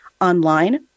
online